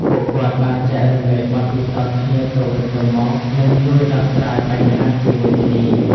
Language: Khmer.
ពួកគាត់បានចែករំលែកបទពិសោធន៍គ្នាទៅវិញទៅមក និងជួយដោះស្រាយបញ្ហាជាមួយគ្នា។